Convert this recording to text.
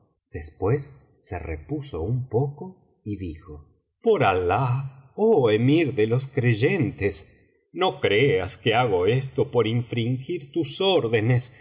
después se repuso un poco y dijo por alah oh emir de los biblioteca valenciana generalitat valenciana historia de dulce amiga creyentes no creas que hago esto por infringir tus órdenes